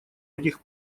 этих